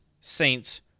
Saints